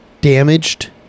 damaged